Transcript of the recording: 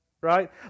right